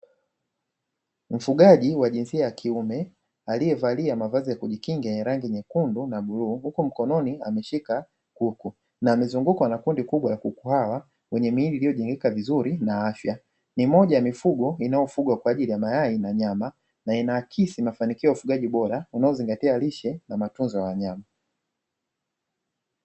Mfugaji wa jinsia ya kiume aliyevalia mavazi ya kujikinga ya rangi nyekundu na bluu, huku mkononi ameshika kuku na amezungukwa na kundi kubwa la kuku hawa wenye miili iliyojengeka vizuri na afya, ni moja ya mifugo inayofugwa kwa ajili ya mayai na nyama na inaakisi mafanikio ya ufugaji bora unaozingatia lishe na matunzo ya wanyama.